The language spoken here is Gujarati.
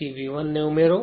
તેથી V1 ને ઉમેરો